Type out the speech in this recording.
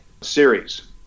series